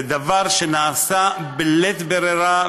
זה דבר שנעשה בלית ברירה,